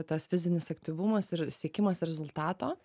tas fizinis aktyvumas ir siekimas rezultato